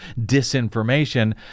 disinformation